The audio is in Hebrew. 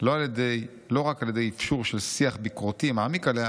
לא רק על ידי אפשור של שיח ביקורתי מעמיק עליה,